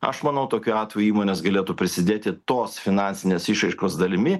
aš manau tokiu atveju įmonės galėtų prisidėti tos finansinės išraiškos dalimi